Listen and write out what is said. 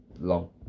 long